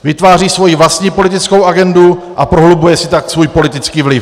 Vytváří svoji vlastní politickou agendu a prohlubuje si tak svůj politický vliv.